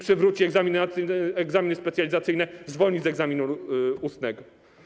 przywrócić egzaminy specjalizacyjne, zwolnić z egzaminu ustnego.